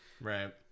Right